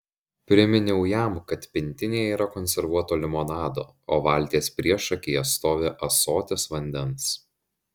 priminiau jam kad pintinėje yra konservuoto limonado o valties priešakyje stovi ąsotis vandens